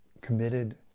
committed